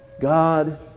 god